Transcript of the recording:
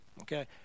Okay